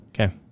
Okay